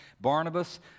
barnabas